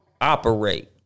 operate